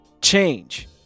change